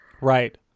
right